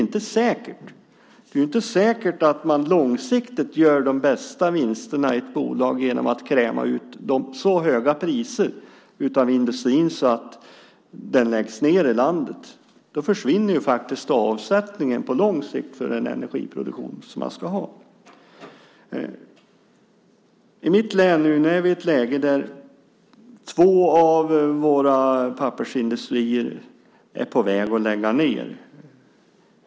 Det är ju inte säkert att man långsiktigt får de högsta vinsterna i ett bolag genom att ta ut så höga priser av industrin så att den läggs ned i landet. Då försvinner ju faktiskt avsättningen för energiproduktionen på lång sikt. I mitt län har vi nu ett läge där två av våra pappersindustrier är på väg att läggas ned.